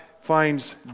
finds